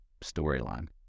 storyline